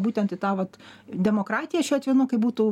būtent į tą vat demokratiją šiuo atveju nu kaip būtų